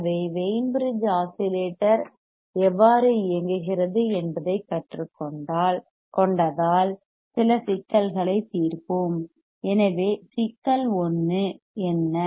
ஆகவே Wien bridge oscillator எவ்வாறு இயங்குகிறது என்பதைக் கற்றுக்கொண்டதால் சில சிக்கல்களைத் தீர்ப்போம் எனவே சிக்கல் 1 என்ன